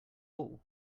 all